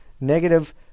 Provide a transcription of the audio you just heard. negative